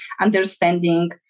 understanding